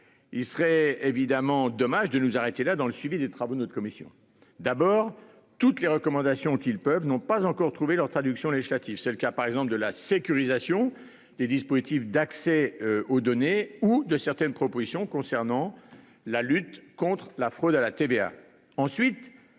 il serait évidemment dommage de nous arrêter là dans le suivi des travaux de notre commission d'abord toutes les recommandations qu'ils peuvent n'ont pas encore trouvé leur traduction législative. C'est le cas par exemple de la sécurisation des dispositifs d'accès aux données ou de certaines propositions concernant la lutte contre la fraude à la TVA.